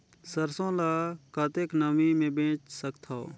सरसो ल कतेक नमी मे बेच सकथव?